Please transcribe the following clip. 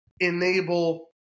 enable